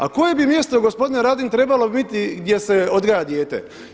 A koje bi mjesto gospodine Radin trebalo biti gdje se odgaja dijete?